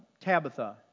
Tabitha